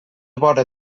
vora